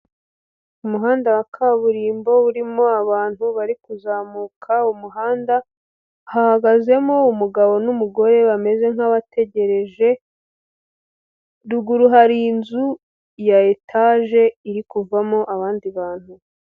Umuhanda wa kaburimbo urimo abantu bari kuzamuka umuhanda, hahagazemo umugabo n'umugore, bameze nkabategereje, ruguru hari inzu ya etage, iri kuvamo abandi bantu.